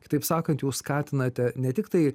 kitaip sakant jūs skatinate ne tiktai